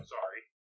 Sorry